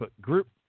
group